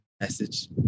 message